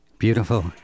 Beautiful